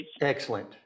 Excellent